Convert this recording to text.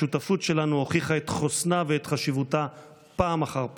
השותפות שלנו הוכיחה את חוסנה ואת חשיבותה פעם אחר פעם: